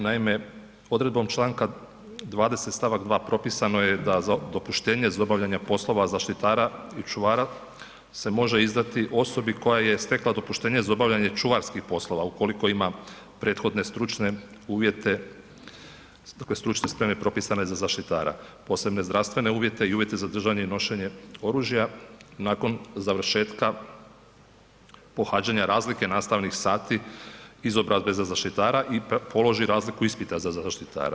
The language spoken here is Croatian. Naime, odredbom članka 20. stavak 2. propisano je da za dopuštenje za obavljanje poslova zaštitara i čuvara se može izdati osobi koja je stekla dopuštenje za obavljanje čuvarskih poslova ukoliko ima prethodne stručne uvjete stručne spreme propisane za zaštitara, posebne zdravstvene uvjete i uvjete za držanje i nošenje oružja nakon završetka pohađanja razlike nastavnih sati izobrazbe za zaštitara i položi razliku ispita za zaštitara.